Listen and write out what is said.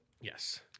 Yes